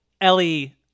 Ellie